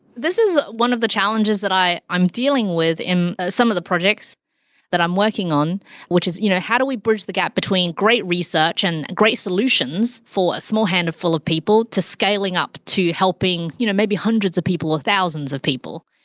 this is one of the challenges that i am dealing with in some of the projects that i am working on which is you know how do we bridge the gap between great research and great solutions for a small handful of people to scaling up to helping you know maybe hundreds of people or thousands of people.